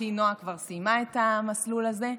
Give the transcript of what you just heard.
בתי נועה כבר סיימה את המסלול הזה,